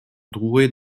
drouet